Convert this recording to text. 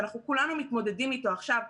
שאנחנו כולנו מתמודדים איתו עכשיו,